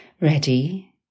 ready